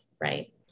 right